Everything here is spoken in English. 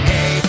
Hey